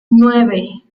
nueve